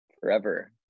forever